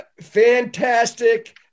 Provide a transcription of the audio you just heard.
Fantastic